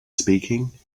speaking